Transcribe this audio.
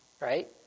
right